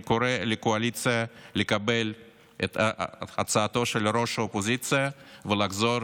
אני קורא לקואליציה לקבל את הצעתו של ראש האופוזיציה ולחזור